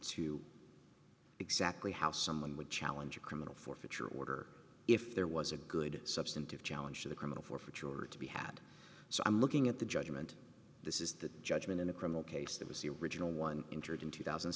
to exactly how someone would challenge a criminal forfeiture order if there was a good substantive challenge to the criminal forfeiture order to be had so i'm looking at the judgment this is the judgment in a criminal case that was the original one injured in two thousand and